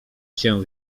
cię